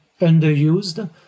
underused